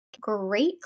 great